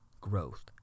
growth